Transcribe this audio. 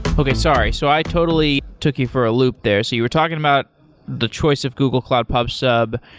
okay, sorry. so i totally took you for a loop there. so you were talking about the choice of google cloud pub sub,